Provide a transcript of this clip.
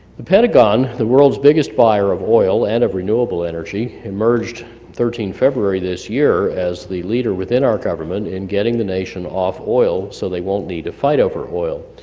the pentagon, the world's biggest buyer of oil, and of renewable energy emerged thirteen february this year as the leader within our government in getting the nation off oil, so they won't need to fight over oil.